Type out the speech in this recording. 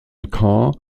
caen